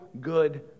good